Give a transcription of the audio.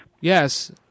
Yes